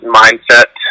mindset